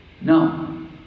No